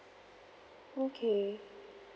okay